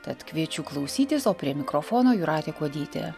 tad kviečiu klausytis o prie mikrofono jūratė kuodytė